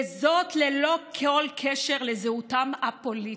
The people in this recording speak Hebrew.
וזאת ללא כל קשר לזהותם הפוליטית.